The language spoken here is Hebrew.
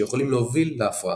שיכולים להוביל להפרעה.